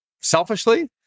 selfishly